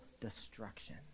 destruction